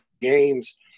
games